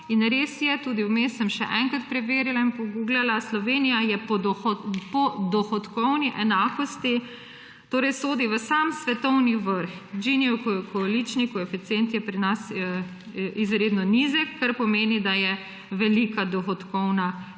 In res je, tudi vmes sem še enkrat preverila in poguglala, Slovenija po dohodkovni enakosti sodi v sam svetovni vrh. Ginijev količnik, koeficient je pri nas izredno nizek, kar pomeni, da je velika dohodkovna enakost.